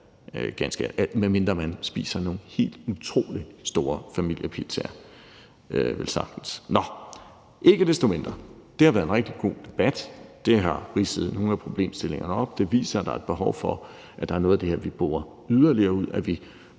medmindre man spiser nogle helt utrolig store familiepizzaer velsagtens. Ikke desto mindre har det været en rigtig god debat. Den har ridset nogle af problemstillingerne op, og det viser, at der er et behov for, at der er noget af det her, vi borer yderligere ud,